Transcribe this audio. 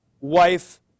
wife